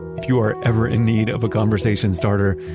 if you are ever in need of a conversation-starter,